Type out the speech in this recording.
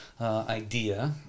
idea